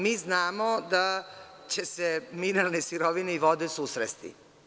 Mi znamo da će se mineralne sirovine i vode susresti.